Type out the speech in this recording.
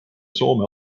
soome